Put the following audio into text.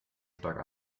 stark